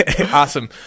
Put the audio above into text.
Awesome